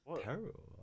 terrible